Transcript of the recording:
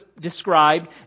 described